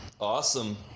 Awesome